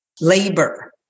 labor